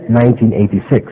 1986